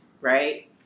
right